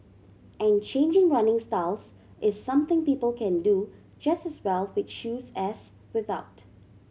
and changing running styles is something people can do just as well with shoes as without